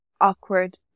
awkward